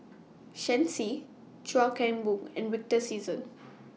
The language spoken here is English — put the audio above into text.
Shen Xi Chuan Keng Boon and Victor Sassoon